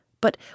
but